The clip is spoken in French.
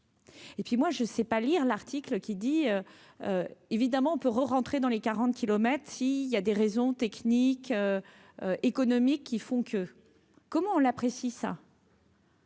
Et puis moi je sais pas lire l'article qui dit évidemment on peut rerentrer dans les 40 kilomètres si il y a des raisons techniques, économiques qui font que, comment on l'apprécie ça.